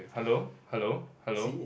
hello hello hello